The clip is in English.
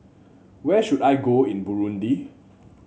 where should I go in Burundi